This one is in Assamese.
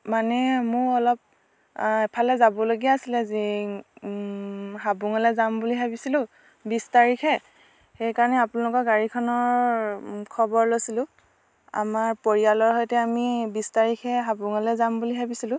মানে মোৰ অলপ এফালে যাবলগীয়া আছিলে হাবুঙলৈ যাম বুলি ভাবিছিলোঁ বিছ তাৰিখে সেইকাৰণে আপোনালোকৰ গাড়ীখনৰ খবৰ লৈছিলোঁ আমাৰ পৰিয়ালৰ সৈতে আমি বিছ তাৰিখে হাবুঙলৈ যাম বুলি ভাবিছিলোঁ